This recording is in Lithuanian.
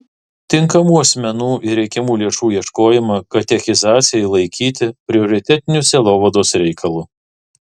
tinkamų asmenų ir reikiamų lėšų ieškojimą katechizacijai laikyti prioritetiniu sielovados reikalu